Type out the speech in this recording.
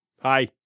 Hi